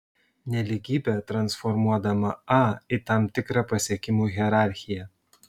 nelygybę transformuodama a į tam tikrą pasiekimų hierarchiją